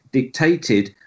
dictated